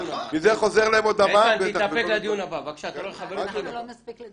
תסתכלו על נהלי התמיכה שמשרד